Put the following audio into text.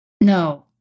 No